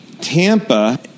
Tampa